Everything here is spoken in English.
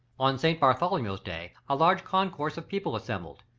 on st. bartholomew's day a large concourse of people assembled,